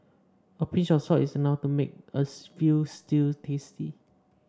a pinch of salt is enough to make a veal stew tasty